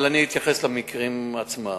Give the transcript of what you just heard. אבל אני אתייחס למקרים עצמם.